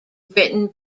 written